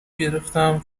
گرفتم